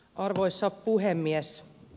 arvoisa puhemies